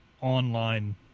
online